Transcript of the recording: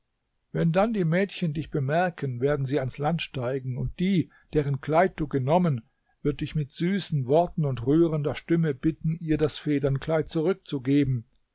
wenn dann die mädchen dich bemerken werden sie ans land steigen und die deren kleid du genommen wird dich mit süßen worten und rührender stimme bitten ihr das federnkleid zurückzugeben